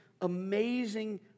amazing